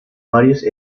varios